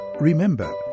Remember